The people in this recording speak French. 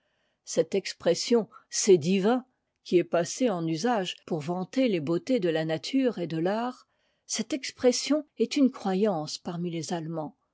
cette expression c'est divin qui est passée en usage pour vanter les beautés de la nature et de l'art cette expression est une croyance parmi les allemands